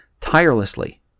tirelessly